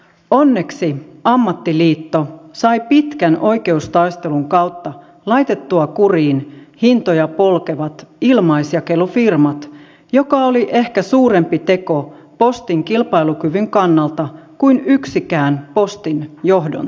onneksi ammattiliitto sai pitkän oikeustaistelun kautta laitettua kuriin hintoja polkevat ilmaisjakelufirmat mikä oli ehkä suurempi teko postin kilpailukyvyn kannalta kuin yksikään postin johdon